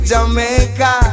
Jamaica